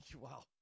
Wow